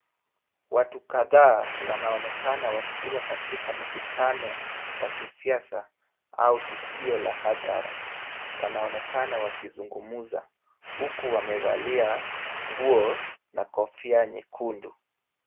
Watu kadhaa wanaonekana wakiwa katika mkutano wa kisiasa au tukio la hadhara. Wanaonekana wakizungumza huku wamevalia nguo na kofia nyekundu.